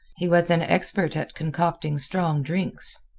he was an expert at concocting strong drinks.